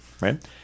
Right